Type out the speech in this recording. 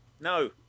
No